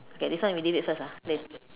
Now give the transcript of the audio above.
okay this one really wait first ah wait